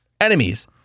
Enemies